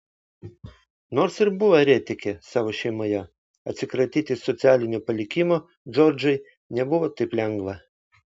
nors ir buvo eretikė savo šeimoje atsikratyti socialinio palikimo džordžai nebuvo taip lengva